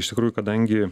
iš tikrųjų kadangi